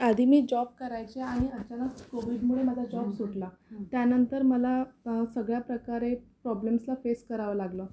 आधी मी जॉब करायचे आणि अचानक कोव्हिडमुळे माझा जॉब सुटला त्यानंतर मला सगळ्या प्रकारे प्रॉब्लेम्सला फेस करावं लागलं